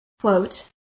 quote